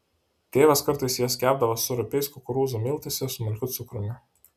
tėvas kartais jas kepdavo su rupiais kukurūzų miltais ir smulkiu cukrumi